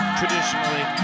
traditionally